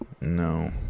no